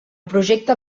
projecte